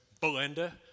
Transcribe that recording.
Belinda